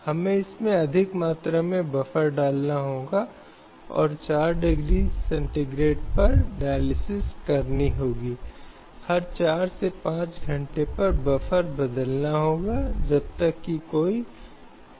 इसके अलावा सभी मामलों में हर किसी के पास जीने के लिए एक जीवन है और अपने स्वतंत्रता और अधिकारों के आनंद की अंतिम प्राप्ति के लिए जो उसे या उसके लिए गारंटी दी गई है अब इस लेख में अधिकारों की विविधता को शामिल करने के लिए व्याख्या अदालत द्वारा की गई है